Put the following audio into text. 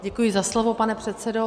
Děkuji za slovo, pane předsedo.